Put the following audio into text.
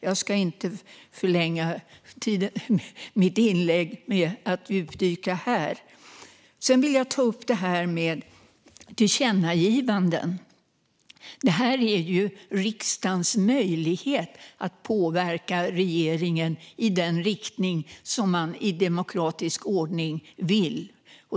Jag ska inte förlänga mitt inlägg med att djupdyka här. Jag vill ta upp frågan om tillkännagivanden. Detta är ju riksdagens möjlighet att i demokratisk ordning påverka regeringen i den riktning som man vill.